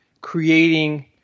creating